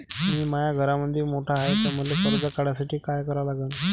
मी माया घरामंदी मोठा हाय त मले कर्ज काढासाठी काय करा लागन?